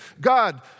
God